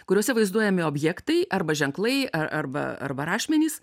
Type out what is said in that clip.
kuriuose vaizduojami objektai arba ženklai a arba arba rašmenys